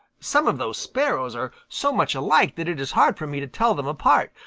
some of those sparrows are so much alike that it is hard for me to tell them apart,